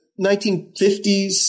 1950s